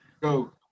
Go